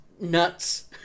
nuts